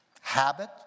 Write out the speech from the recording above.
habit